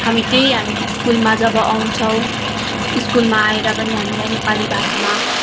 हामी त्यही हामी स्कुलमा जब आउछौँ स्कुलमा आएर पनि हामीलाई नेपाली भाषामा